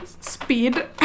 speed